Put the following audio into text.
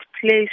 place